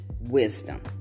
wisdom